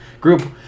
group